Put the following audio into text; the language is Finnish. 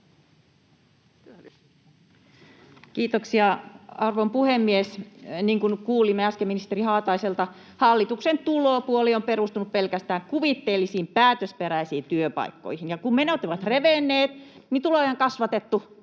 Kiitoksia, arvon puhemies! Niin kuin kuulimme äsken ministeri Haataiselta, hallituksen tulopuoli on perustunut pelkästään kuvitteellisiin päätösperäisiin työpaikkoihin, ja kun menot ovat revenneet, niin tuloja on kasvatettu